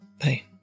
hey